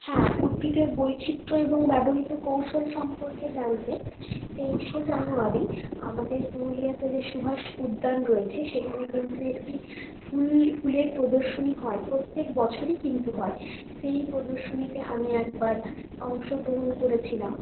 হ্যাঁ উদ্ভিদের বৈচিত্র্য এবং ব্যবহৃত কৌশল সম্পর্কে জানতে তেইশে জানুয়ারি আমাদের পুরুলিয়াতে যে সুভাষ উদ্যান রয়েছে সেখানে কিন্তু একটি ফুল ফুলের প্রদর্শনী হয় প্রত্যেক বছরই কিন্তু হয় সেই প্রদর্শনীতে আমি একবার অংশগ্রহণ করেছিলাম